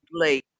Play